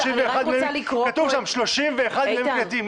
כתוב שם 31 מינהלים קהילתיים,